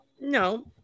No